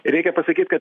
reikia pasakyt kad